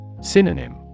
Synonym